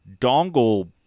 dongle